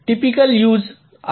typical use असा आहे